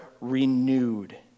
renewed